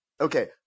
Okay